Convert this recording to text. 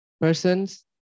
Persons